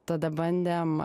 tada bandėm